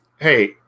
Hey